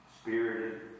spirited